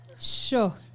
Sure